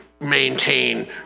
maintain